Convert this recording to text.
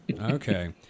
Okay